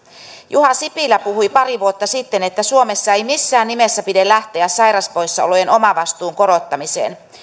juha sipilä puhui pari vuotta sitten että suomessa ei missään nimessä pidä lähteä sairauspoissaolojen omavastuun korottamiseen